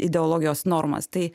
ideologijos normas tai